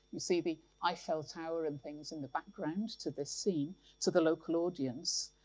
you see the eiffel tower and things in the background to the scene to the local audience.